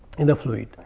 in the fluid.